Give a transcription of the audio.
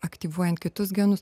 aktyvuojant kitus genus